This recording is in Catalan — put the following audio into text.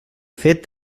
fet